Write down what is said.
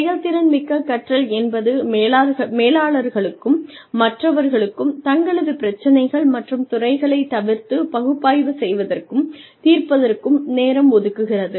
செயல்திறன் மிக்க கற்றல் என்பது மேலாளர்களுக்கும் மற்றவர்களுக்கும் தங்களது பிரச்சினைகள் மற்றும் துறைகளைத் தவிர்த்து பகுப்பாய்வு செய்வதற்கும் தீர்ப்பதற்கும் நேரம் ஒதுக்குகிறது